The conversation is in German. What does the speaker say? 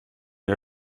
der